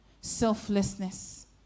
selflessness